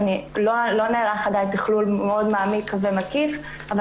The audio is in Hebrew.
לא נערך עדיין תכלול מאוד מעמיק ומקיף אבל